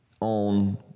on